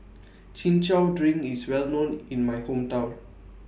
Chin Chow Drink IS Well known in My Hometown